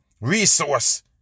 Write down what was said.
resource